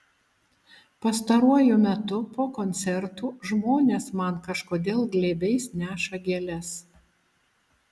pastaruoju metu po koncertų žmonės man kažkodėl glėbiais neša gėles